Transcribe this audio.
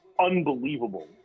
Unbelievable